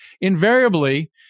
invariably